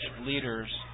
leaders